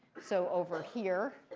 so over here.